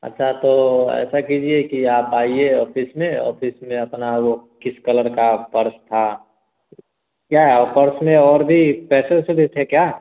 अच्छा तो ऐसा कीजिए कि आप आइए ऑफिस में ऑफिस में अपनी वो किस कलर की पर्स थी क्या पर्स में और भी पैसे वैसे भी थे क्या